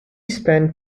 spent